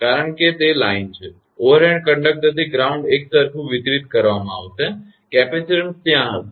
કારણ તે લાઇન છે ઓવરહેડ કંડક્ટર થી ગ્રાઉન્ડ એકસરખું વિતરિત કરવામાં આવશે કેપેસિટીન્સ ત્યાં હશે